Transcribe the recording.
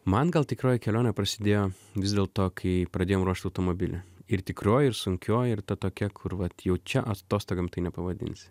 man gal tikroji kelionė prasidėjo vis dėlto kai pradėjom ruošt automobilį ir tikroji ir sunkioji ir ta tokia kur vat jau čia atostogom tai nepavadinsi